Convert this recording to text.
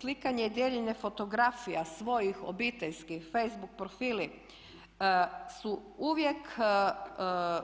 Slikanje i dijeljenje fotografija svojih obiteljskih, facebook profili su uvijek